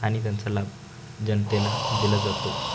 आणि त्यांचा लाभ जनतेला दिला जातो